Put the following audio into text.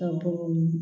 ସବୁ